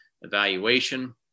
evaluation